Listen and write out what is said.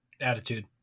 attitude